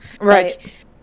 Right